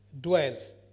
dwells